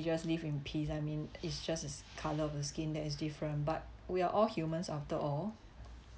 just live in peace I mean it's just it's color of the skin that is different but we are all humans after all